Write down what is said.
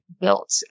built